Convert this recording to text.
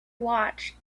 watched